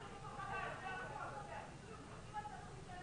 זה משהו שאני